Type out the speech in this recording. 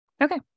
Okay